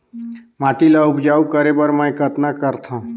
माटी ल उपजाऊ करे बर मै कतना करथव?